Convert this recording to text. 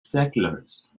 settlers